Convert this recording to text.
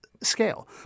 scale